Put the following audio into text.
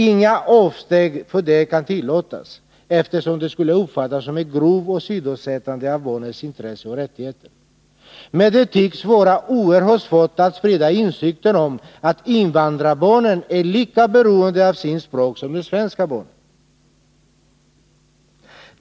Inga avsteg kan tillåtas från denna, eftersom detta skulle uppfattas som ett grovt åsidosättande av barnets intressen och rättigheter. Men det tycks vara oerhört svårt att sprida insikten om att invandrarbarnen är lika beroende av sitt språk som de svenska barnen.